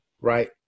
right